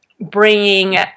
bringing